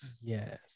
Yes